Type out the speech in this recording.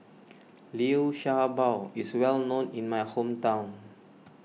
Liu Sha Bao is well known in my hometown